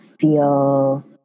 feel